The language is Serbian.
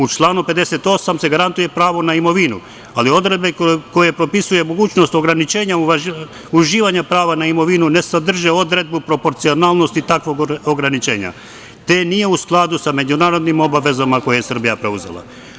U članu 58. se garantuje pravo na imovinu, ali odredbe koje propisuju mogućnost ograničenja uživanja prava na imovinu ne sadrže odredbu proporcionalnosti takvog ograničenja, te nije u skladu sa međunarodnim obavezama koje je Srbija preuzela.